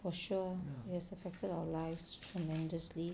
for sure it has affected our lives tremendously